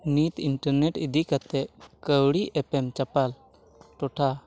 ᱱᱤᱛ ᱤᱱᱴᱟᱨᱱᱮᱴ ᱚᱤᱫᱤ ᱠᱟᱛᱮ ᱠᱟᱹᱣᱰᱤ ᱮᱯᱮᱢ ᱪᱟᱯᱟᱞ ᱴᱚᱴᱷᱟ